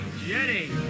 Jenny